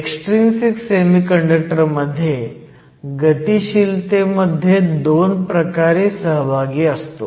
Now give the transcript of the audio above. extrinsic semiconductor मध्ये गतीशीलतेमध्ये दोन प्रकारे सहभाग असतो